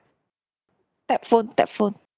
tap phone tap phone